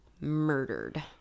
murdered